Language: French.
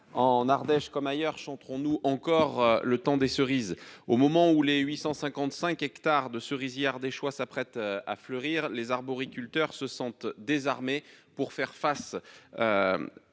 En Ardèche, comme ailleurs chanteront nous encore le temps des cerises. Au moment où les 855 hectares de cerisier ardéchois s'apprête à fleurir les arboriculteurs se sentent désarmés pour faire face.